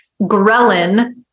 Ghrelin